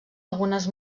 algunes